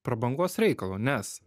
prabangos reikalu nes